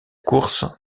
course